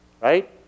Right